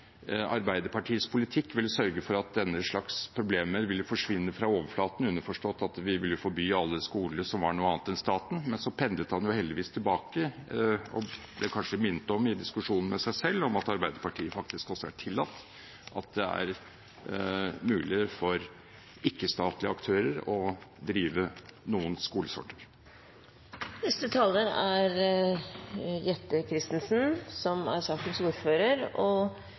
Arbeiderpartiets politikk ville sørget for at den slags problemer ville forsvinne fra overflaten, underforstått at de ville forby alle skoler som var noe annet enn statlige, men så pendlet han heldigvis tilbake. Han ble kanskje minnet om – i diskusjonen med seg selv – at også Arbeiderpartiet har tillatt å gjøre det mulig for ikke-statlige aktører å drive noen